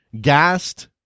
gassed